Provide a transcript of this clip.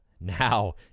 Now